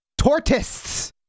Tortists